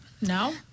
No